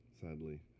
sadly